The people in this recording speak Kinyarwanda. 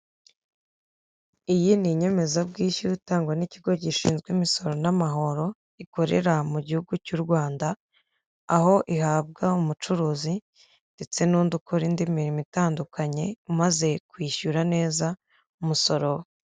Iyi ni inyemezabwishyu itangwa n'ikigo gishinzwe imisoro n'amahoro ikorera mu gihugu cy'u Rwanda aho ihabwa umucuruzi ndetse n'undi ukora indi mirimo itandukanye umaze kwishyura neza umusoro.